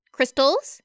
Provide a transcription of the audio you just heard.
Crystals